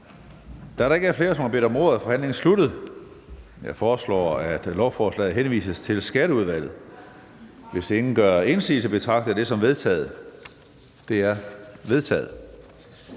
Da der ikke er flere, som har bedt om ordet, er forhandlingen sluttet. Jeg foreslår, at lovforslaget henvises til Skatteudvalget. Hvis ingen gør indsigelse, betragter jeg dette som vedtaget. Det er vedtaget.